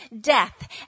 death